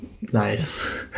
nice